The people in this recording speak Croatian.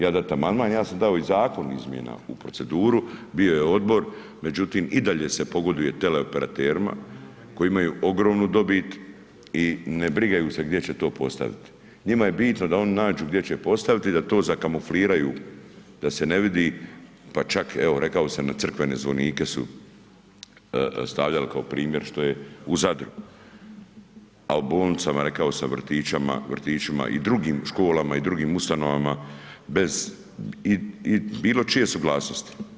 Ja ću dat amandman, ja sam dao i zakon izmjena u proceduru, bio je odbor, međutim i dalje se pogoduje teleoperaterima koji imaju ogromnu dobit i ne brigaju se gdje će to postavit, njima je bitno da oni nađu gdje će postaviti i da to zakamufliraju da se ne vidi, pa čak evo rekao sam, na crkvene zvonike su stavljali kao primjer što je u Zadru, a u bolnicama, rekao sam, u vrtićima i drugim školama i drugim ustanovama, bez bilo čije suglasnosti.